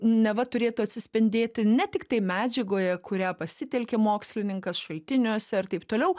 neva turėtų atsispindėti ne tiktai medžiagoje kurią pasitelkė mokslininkas šaltiniuose ir taip toliau